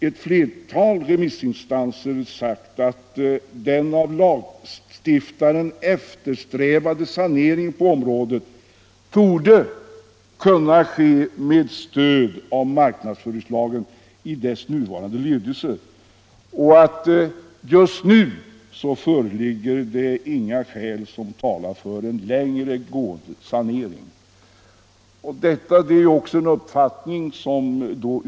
Ett flertal remissinstanser har sagt att den av lagstiftaren eftersträvade saneringen på området torde kunna ske med stöd av marknadsföringslagen i dess nuvarande lydelse. Just nu föreligger det inga skäl som talar för en längre gående sanering. Detta är också en uppfattning utskottet delar.